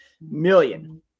million